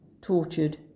tortured